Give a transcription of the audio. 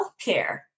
healthcare